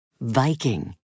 Viking